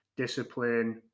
Discipline